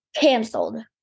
cancelled